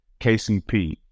KCP